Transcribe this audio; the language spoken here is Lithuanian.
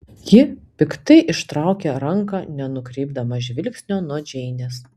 ji piktai ištraukė ranką nenukreipdama žvilgsnio nuo džeinės